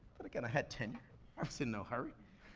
but again, i had tenure. i was in no hurry.